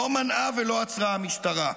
לא מנעה ולא עצרה המשטרה.